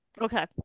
Okay